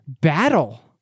battle